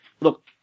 Look